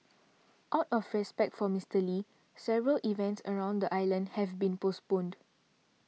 out of respect for Mister Lee several events around the island have been postponed